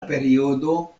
periodo